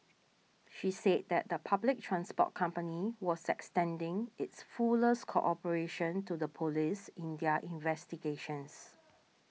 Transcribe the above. she said that the public transport company was extending its fullest cooperation to the police in their investigations